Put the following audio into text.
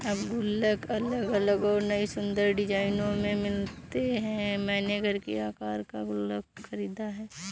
अब गुल्लक अलग अलग और नयी सुन्दर डिज़ाइनों में मिलते हैं मैंने घर के आकर का गुल्लक खरीदा है